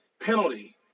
penalty